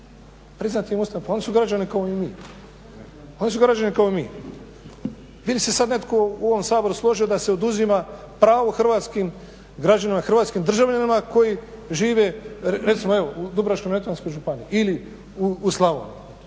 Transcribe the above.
priznati im to ustavno pravo. Pa oni su građani kao i mi. Bi li se sad netko u ovom Saboru složio da se oduzima pravo hrvatskim građanima, hrvatskim državljanima koji žive recimo evo u Dubrovačko-neretvanskoj županiji ili u Slavoniji